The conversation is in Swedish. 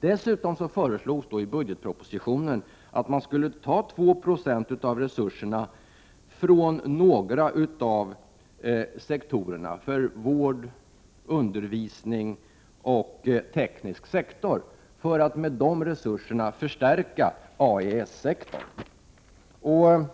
Dessutom föreslogs i budgetpropositionen att man skulle ta 2 76 av resurserna från några av sektorerna — vård, undervisning och teknisk sektor — för att med de resurserna förstärka AES-sektorn.